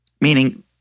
Meaning